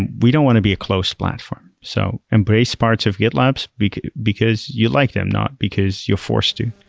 and we don't want to be a close platform. so embrace parts of gitlab, so because because you like them, not because you're forced to.